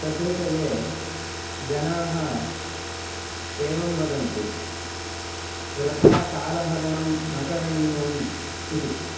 तद्विषये जनाः एवं वदन्ति वृथा कालहरणं न करणीयम् इति